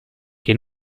che